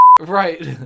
right